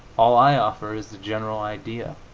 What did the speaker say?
all i offer is the general idea.